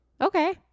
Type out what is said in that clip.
Okay